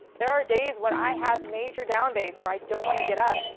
there are days when i have major down days where i don't want to get up.